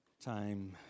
Time